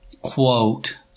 quote